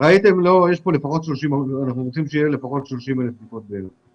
אנחנו רוצים שיהיו לפחות 30,000 בדיקות ביום.